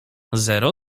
zero